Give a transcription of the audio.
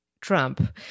Trump